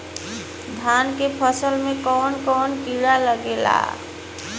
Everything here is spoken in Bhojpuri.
धान के फसल मे कवन कवन कीड़ा लागेला?